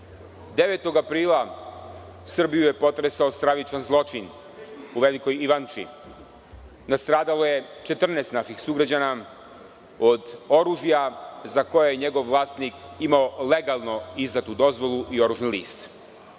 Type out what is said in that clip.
9. aprila Srbiju je potresao stravičan zločin u Velikoj Ivanči. Nastradalo je 14 naših sugrađana od oružja za koje je njegov vlasnik imao legalno izdatu dozvolu i oružani list. Kako